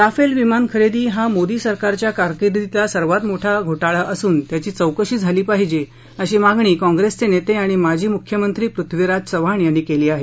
Rafale विमान खरेदी हा मोदी सरकारच्या कारकिर्दीतला सर्वात मोठा घोटाळा असून त्याची चौकशी झाली पाहिजे अशी मागणी कॉंप्रेसचे नेते आणि माजी मुख्यमंत्री पृथ्वीराज चव्हाण यांनी केली आहे